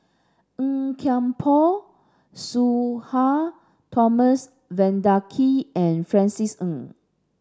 Tan Kian Por Sudhir Thomas Vadaketh and Francis Ng